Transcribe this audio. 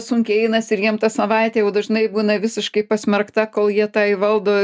sunkiai einasi ir jiem ta savaitė jau dažnai būna visiškai pasmerkta kol jie tą įvaldo